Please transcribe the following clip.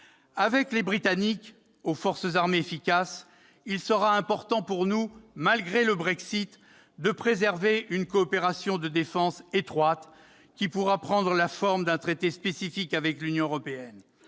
Avec les Britanniques, qui disposent de forces armées efficaces, il sera important pour nous, malgré le Brexit, de préserver une coopération de défense étroite, qui pourra prendre la forme d'un traité spécifique avec l'Union européenne.